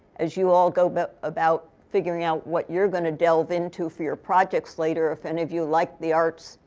as you all go but about figuring out what you're going to delve into for your projects later, if any of you like the arts,